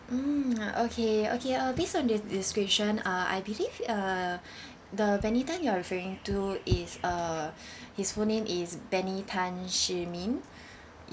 mm okay okay uh based on the description uh I believe uh the benny tan you are referring to is uh his full name is benny tan tze min